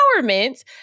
empowerment